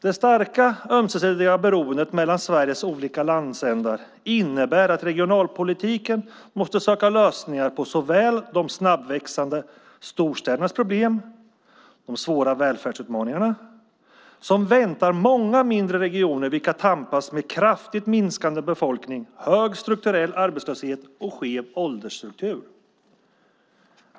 Det starka ömsesidiga beroendet mellan Sveriges olika landsändar innebär att regionalpolitiken måste söka lösningar på såväl de snabbväxande storstädernas problem som de svåra välfärdsutmaningar som väntar många mindre regioner vilka tampas med kraftigt minskande befolkning, hög strukturell arbetslöshet och skev åldersstruktur.